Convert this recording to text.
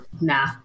Nah